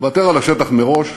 ותר על השטח מראש,